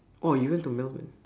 oh you went to melbourne